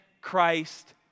Christ